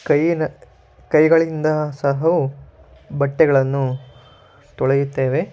ಕೈಯ ಕೈಗಳಿಂದ ಸಹ ಬಟ್ಟೆಗಳನ್ನು ತೊಳೆಯುತ್ತೇವೆ